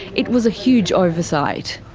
it was a huge oversight.